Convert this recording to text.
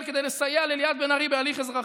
כדי לסייע לליאת בן-ארי בהליך אזרחי,